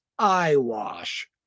Eyewash